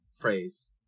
phrase